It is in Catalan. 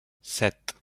set